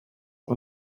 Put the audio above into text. und